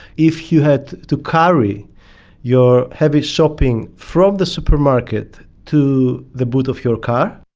if you had to carry your heavy shopping from the supermarket to the boot of your car.